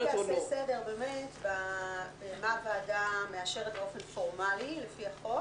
אולי נעשה קצת סדר לגבי מה הוועדה מאשרת באופן פורמלי לפי החוק